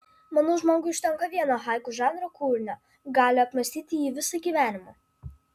manau žmogui užtenka vieno haiku žanro kūrinio gali apmąstyti jį visą gyvenimą